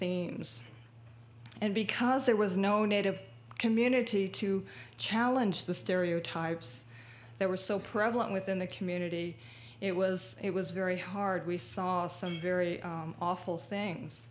themes and because there was no native community to challenge the stereotypes there were so prevalent within the community it was it was very hard we saw some very awful things